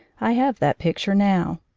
i have that picture now.